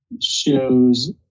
shows